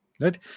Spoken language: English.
Right